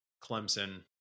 Clemson